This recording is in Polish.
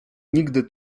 nigdy